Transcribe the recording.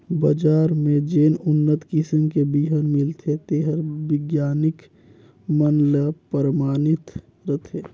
बजार में जेन उन्नत किसम के बिहन मिलथे तेहर बिग्यानिक मन ले परमानित रथे